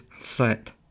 set